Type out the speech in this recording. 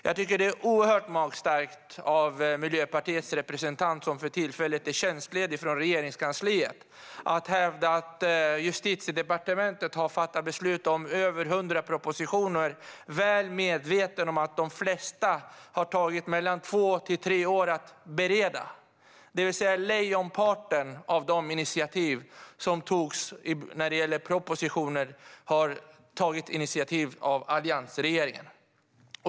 Jag tycker att det är oerhört magstarkt av Miljöpartiets representant, som för tillfället är tjänstledig från Regeringskansliet, att hävda att Justitiedepartementet har fattat beslut om över 100 propositioner, väl medveten om att de flesta har tagit mellan två och tre år att bereda. Lejonparten av de initiativ som togs när det gäller propositioner har alltså tagits av alliansregeringen.